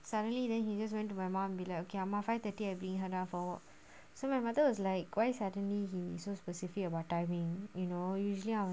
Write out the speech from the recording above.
suddenly then he just went to my mum be like okay ah mom five thirty I bring her down for walk so my mother was like quite suddenly he so specific about timing you know usually are